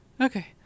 Okay